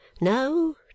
no